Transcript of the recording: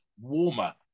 warmer